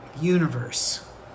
universe